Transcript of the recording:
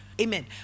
Amen